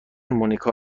مونیکا